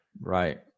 Right